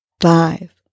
five